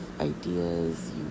ideas